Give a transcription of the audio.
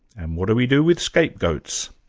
and what do we do with scapegoats?